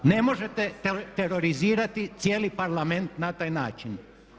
Ne možete terorizirati cijeli Parlament na taj način.